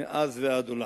מאז ועד עולם.